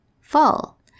Fall